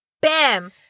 Bam